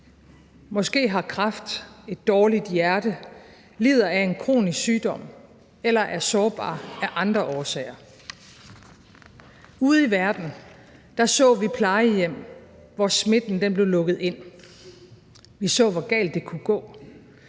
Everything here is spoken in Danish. måske har kræft, et dårligt hjerte, lider af en kronisk sygdom eller er sårbar af andre årsager. Ude i verden så vi plejehjem, hvor smitten blev lukket ind, og vi så, hvor galt det kunne gå,